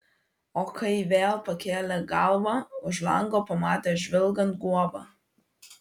o kai vėl pakėlė galvą už lango pamatė žvilgant guobą